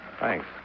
Thanks